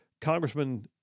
Congressman